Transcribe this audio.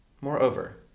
Moreover